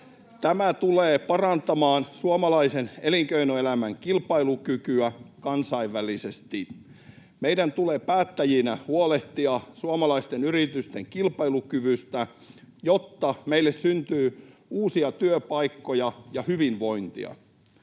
Tämä tulee parantamaan suomalaisen elinkeinoelämän kilpailukykyä kansainvälisesti. Meidän tulee päättäjinä huolehtia suomalaisten yritysten kilpailukyvystä, jotta meille syntyy uusia työpaikkoja ja hyvinvointia.